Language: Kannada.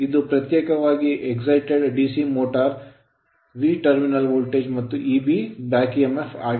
ಇದು ಪ್ರತ್ಯೇಕವಾಗಿ excited ಉತ್ಸುಕ DC motor motor V terminal voltage ಮತ್ತು Eb back emf back emf ಆಗಿದೆ